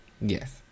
Yes